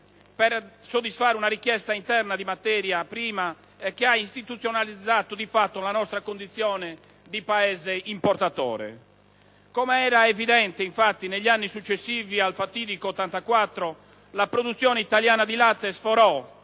per soddisfare una richiesta interna di materia prima, e che ha istituzionalizzato di fatto la nostra condizione di Paese importatore. Come era evidente, infatti, negli anni successivi al fatidico 1984, la produzione italiana di latte sforò